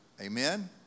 Amen